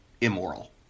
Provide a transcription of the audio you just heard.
immoral